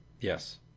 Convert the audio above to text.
yes